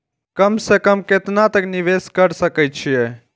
कम से कम केतना तक निवेश कर सके छी ए?